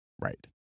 Right